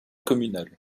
communale